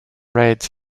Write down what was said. read